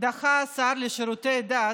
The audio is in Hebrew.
דחה השר לשירותי דת,